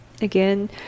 again